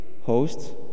host